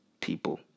People